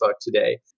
today